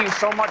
and so much